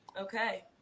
okay